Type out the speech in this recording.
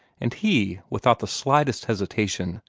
and he, without the slightest hesitation,